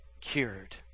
cured